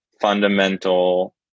fundamental